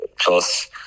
plus